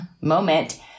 moment